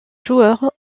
joueurs